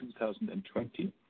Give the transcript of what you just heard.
2020